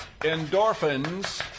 endorphins